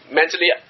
mentally